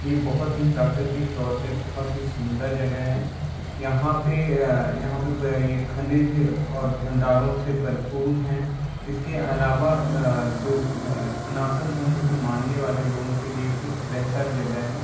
ये बहुत ही प्राकृतिक तौर पे बहुत ही सुंदर जगह हैं यहाँ पे यहाँ पे ये खनिज और भंडारों से परिपूर्ण हैं इसके अलावा जो सनातन धर्म को मानने वाले लोगों के लिए एक बेहतर जगह है